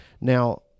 Now